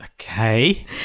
okay